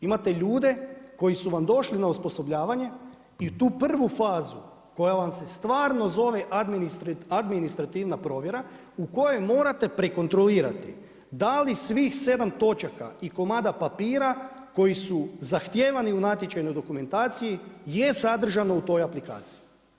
Imate ljudi koji su vam došli na osposobljavanje i tu prvu fazu koja vam se stvarno zove administrativna provjera, u kojoj morate prekontrolirati da li svih 7 točaka i komada papira koji su zahtijevani u natječajnoj dokumentaciji, je sadržano u toj aplikaciji.